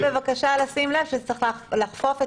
רק בבקשה לשים לב שזה צריך לכפוף את